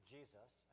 Jesus